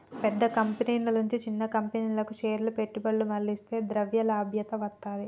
పెద్ద కంపెనీల నుంచి చిన్న కంపెనీలకు షేర్ల పెట్టుబడులు మళ్లిస్తే ద్రవ్యలభ్యత వత్తది